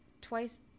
twice